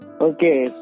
Okay